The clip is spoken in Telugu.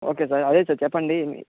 ఓకే సార్ అదే సార్ చెప్పండి